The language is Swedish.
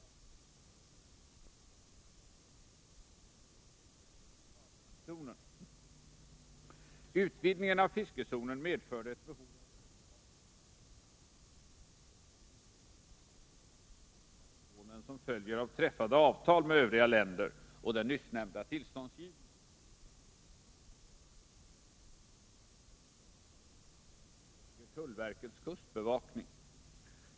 Dessutom får Utvidgningen av fiskezonen medförde ett behov av övervakning för kontroll av att fiske i den svenska zonen inte bedrivs i vidare mån än som följer av träffade avtal med övriga länder och den nyssnämnda tillståndsgivningen. Huvudansvaret för övervakningen av den utvidgade fiskezonen åligger tullverkets kustbevakning.